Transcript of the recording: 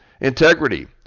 integrity